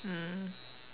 mm